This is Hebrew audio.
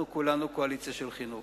כולנו קואליציה של חינוך,